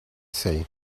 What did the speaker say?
say